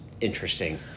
interesting